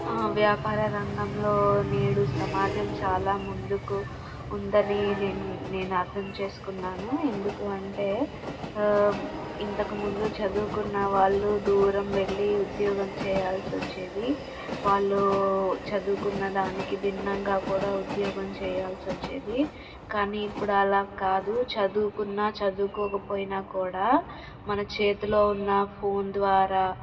వ్యాపార రంగంలో నేడు సమాజం చాలా ముందుకు ఉందని నేను నేను అర్థం చేసుకున్నాను ఎందుకు అంటే ఇంతకుముందు చదువుకున్న వాళ్ళు దూరం వెళ్లి ఉద్యోగం చేయాల్సి వచ్చేది వాళ్ళు చదువుకున్న దానికి భిన్నంగా కూడా ఉద్యోగం చేయాల్సి వచ్చేది కానీ ఇప్పుడు అలా కాదు చదువుకున్న చదువుకోకపోయినా కూడా మన చేతిలో ఉన్న ఫోన్ ద్వారా